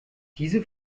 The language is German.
diese